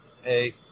hey